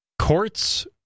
courts